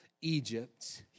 Egypt